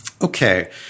Okay